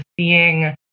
seeing